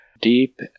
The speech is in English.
deep